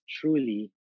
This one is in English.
truly